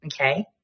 Okay